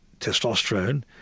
testosterone